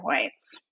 points